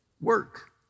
work